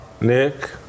Nick